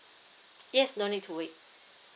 yes no need to wait